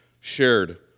shared